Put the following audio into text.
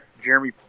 jeremy